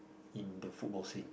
in the football scene